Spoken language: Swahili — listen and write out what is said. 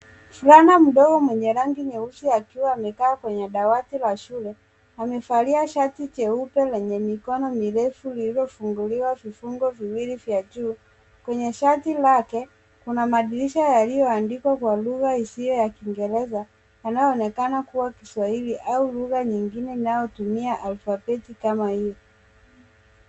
Vulana mdogo mwenye rangi nyeusi akiwa amekaa kwenye dawati ya shule amevalia shati jeupe lenye mikono mirefu lililofunguliwa vifungo viwili vya juu. Kwenye shati lake kuna madirisha yalioandikwa kwa lugha hisio ya kingeresa inaoonekana kuwa kiswahili au lugha nyingine inaotumia albabeti kama hio.